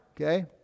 Okay